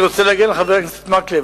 אני רוצה להגן על חבר הכנסת מקלב,